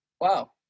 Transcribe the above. wow